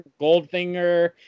Goldfinger